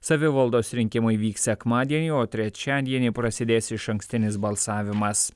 savivaldos rinkimai vyks sekmadienį o trečiadienį prasidės išankstinis balsavimas